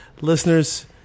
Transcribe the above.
Listeners